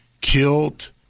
killed